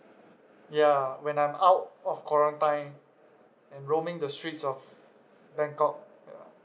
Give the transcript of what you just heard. ya when I'm out of quarantine and roaming the streets of bangkok ya